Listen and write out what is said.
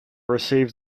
received